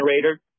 generator